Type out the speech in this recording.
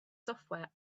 software